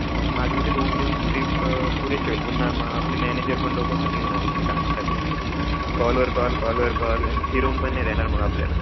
माझ्या मते दोन दिवसाची ट्रिप पुरेशी होईल पुन्हा मग आपली मॅनेजर पण डोकं खातील ना इकडे कामासाठी कॉलवर कॉल कॉलवर कॉल फिरून पण नाही देणार मग आपल्याला